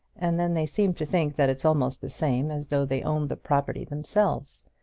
and then they seem to think that it's almost the same as though they owned the property themselves.